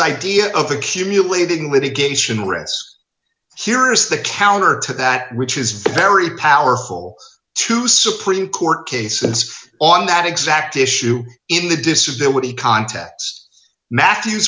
idea of accumulating litigation risk here is the counter to that which is very powerful to supreme court cases on that exact issue in the disability contests matthews